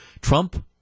Trump